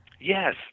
Yes